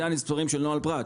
אלה המספרים של נוהל פר"ת,